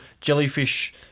jellyfish